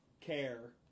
care